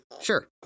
Sure